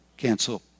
Cancel